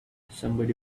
somebody